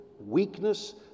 weakness